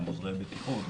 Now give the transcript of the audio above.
גם עוזרי בטיחות,